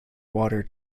water